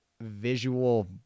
visual